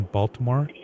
Baltimore